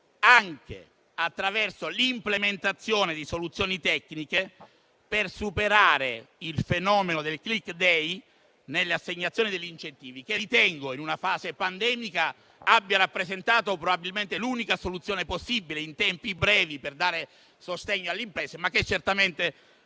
anche attraverso l'implementazione di soluzioni tecniche per superare il fenomeno del *click day* nelle assegnazioni degli incentivi, che ritengo in una fase pandemica abbia rappresentato probabilmente l'unica soluzione possibile in tempi brevi per dare sostegno alle imprese, ma certamente non